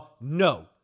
no